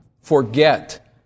forget